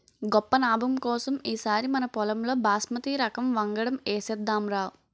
గొప్ప నాబం కోసం ఈ సారి మనపొలంలో బాస్మతి రకం వంగడం ఏసేద్దాంరా